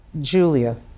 Julia